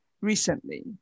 recently